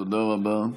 תודה רבה.